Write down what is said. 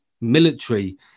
military